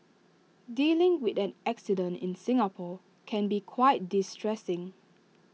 dealing with an accident in Singapore can be quite distressing